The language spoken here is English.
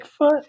Bigfoot